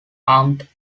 armed